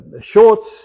shorts